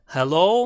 Hello